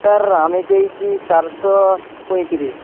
sir আমি পেয়েছি চারশো পঁয়ত্রিশ